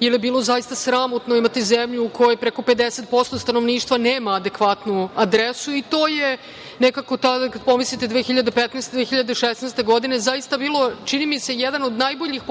jer je bilo zaista sramotno imati zemlju u kojoj preko 50% stanovništva nema adekvatnu adresu i to je, nekako tada kad pomislite 2015. – 2016. godine zaista bilo, čini mi se, jedan od najboljih pokazatelja